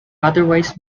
otherwise